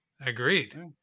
agreed